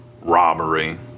Robbery